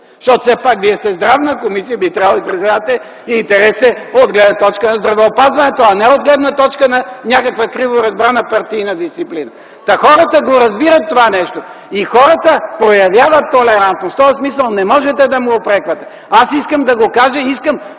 защото все пак вие сте Здравна комисия, би трябвало да защитавате интересите от гледна точка на здравеопазването, а не от гледна точка на някаква криворазбрана партийна дисциплина. Хората разбират това нещо и проявяват толерантност. В този смисъл не можете да ме упреквате. Искам да кажа